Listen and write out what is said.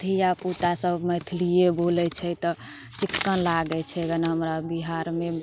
धिआपुतासभ मैथिलिए बोलै छै तऽ चिक्कन लागै छै गन हमरा बिहारमे